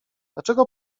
dlaczego